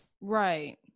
Right